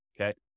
okay